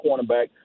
cornerback